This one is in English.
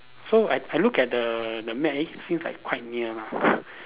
so I I look at the the map eh seems like quite near lah